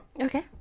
Okay